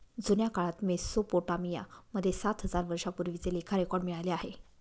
जुन्या काळात मेसोपोटामिया मध्ये सात हजार वर्षांपूर्वीचे लेखा रेकॉर्ड मिळाले आहे